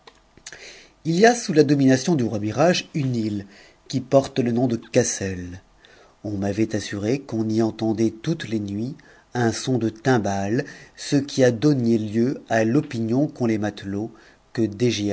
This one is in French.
ji y a sous la domination du roi mihrage une île qui porte le nom de cassel on m'avait assuré qu'on y entendait toutes les nuits un son de t timbales ce qui a donné lieu à l'opinion qu'ont les matelots que